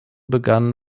begann